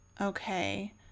okay